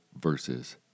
versus